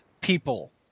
people